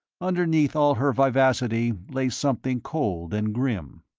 underneath all her vivacity lay something cold and grim.